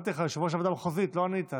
קראתי לך יושב-ראש הוועדה המחוזית ולא ענית,